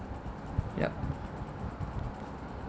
yup